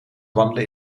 wandelen